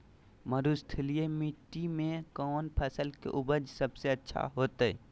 मरुस्थलीय मिट्टी मैं कौन फसल के उपज सबसे अच्छा होतय?